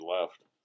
left